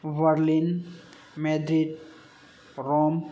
Berlin Madrid Rome